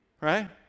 Right